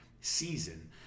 season